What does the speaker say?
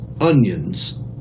onions